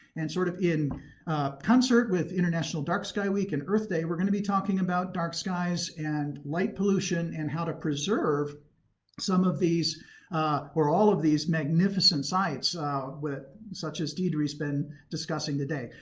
and sort of in concert with international dark-sky week and earth day, we're going to be talking about dark skies and light pollution, and how to preserve some of these or all of these magnificent sights such as deidre's been discussing today.